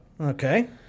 Okay